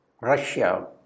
Russia